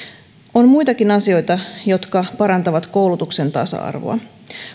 on muitakin asioita jotka parantavat koulutuksen tasa arvoa